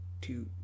Two